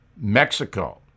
Mexico